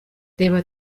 reba